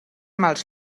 mals